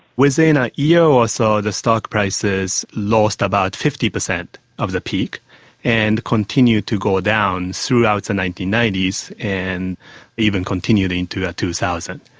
within a year or so the stock prices lost about fifty per cent of the peak and continued to go down throughout the nineteen ninety s, and even continued into two thousand.